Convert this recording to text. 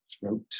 throat